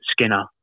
Skinner